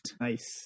Nice